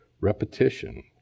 Repetition